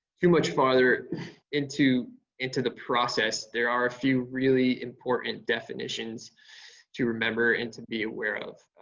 too much farther into into the process there are a few really important definitions to remember and to be aware of.